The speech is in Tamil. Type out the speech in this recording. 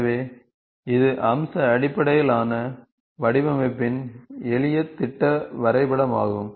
எனவே இது அம்ச அடிப்படையிலான வடிவமைப்பின் எளிய திட்ட வரைபடமாகும்